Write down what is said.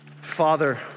Father